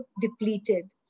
depleted